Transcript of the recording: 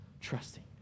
trusting